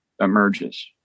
emerges